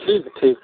ठीक है ठीक